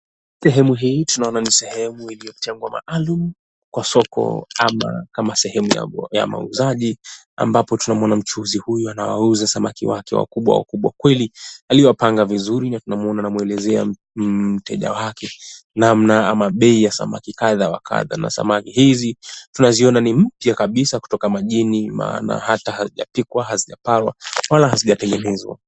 Sehemu hii tunaona ni sehemu iliyochangwa maalum kwa soko ama kama sehemu ya mauzaji ambapo tunamuona mchuuzi huyu anawauza samaki wake wakubwa wakubwa kweli. Aliowapanga vizuri na tunamuona anamwelezea mteja wake namna ama bei ya samaki kadha wa kadha na samaki hizi tunaziona ni mpya kabisa kutoka majini maana hata hawajapikwa, hawajapawa wala hawajategezwazwa.